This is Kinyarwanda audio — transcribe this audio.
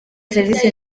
serivisi